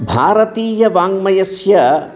भारतीय वाङ्मयस्य